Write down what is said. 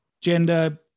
gender